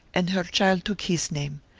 and her child took his name.